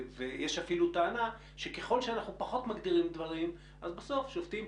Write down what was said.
ויש אפילו טענה שככל שאנחנו פחות מגדירים דברים אז בסוף שופטים,